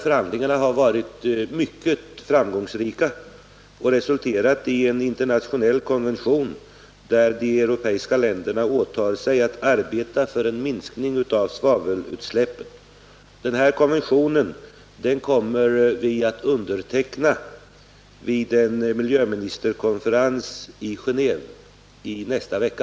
Förhandlingarna har varit mycket framgångsrika och resulterat i en internationell konvention enligt vilken de europeiska länderna åtar sig att arbeta för en minskning av svavelutsläppen. Den här konventionen kommer vi att underteckna vid en miljöministerkonferens i Genéve i nästa vecka.